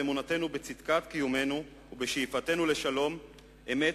באמונתנו בצדקת קיומנו ובשאיפתנו לשלום אמת,